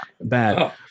bad